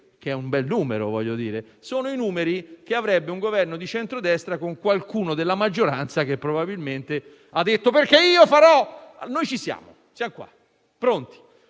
che è un bel numero. Sono i numeri che avrebbe un Governo di centrodestra con qualcuno di quelli della maggioranza che probabilmente ha detto: «Perché io farò ...». Noi ci siamo. Siamo pronti.